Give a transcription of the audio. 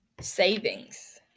savings